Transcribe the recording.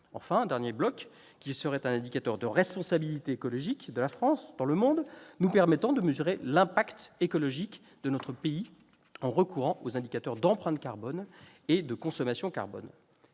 Enfin, un dernier bloc consisterait en un indicateur de responsabilité écologique de la France dans le monde, nous permettant de mesurer l'impact écologique de notre pays en recourant aux indicateurs d'empreinte carbone et de consommation carbone.